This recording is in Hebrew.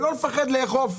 אל תפחדו לאכוף.